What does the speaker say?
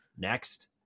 Next